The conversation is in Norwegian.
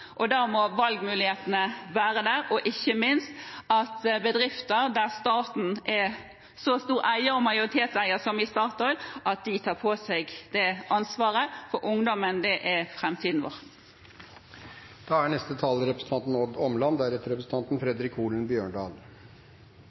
står der klar til å ta valg, må valgmulighetene være der, og ikke minst må bedrifter der staten er stor eier – og majoritetseier som i Statoil – ta på seg det ansvaret, for ungdommen er framtiden vår.